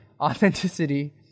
Authenticity